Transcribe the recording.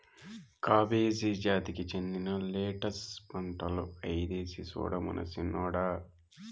cabbage జాతికి చెందిన lettuce పంటలు ఐదేసి సూడమను సిన్నోడా